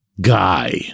guy